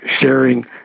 sharing